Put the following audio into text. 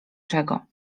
czego